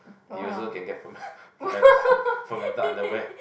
you also can get fer~ fermented fermented underwear